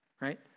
right